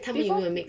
before